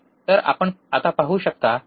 तर आपण आता पाहू शकता बरोबर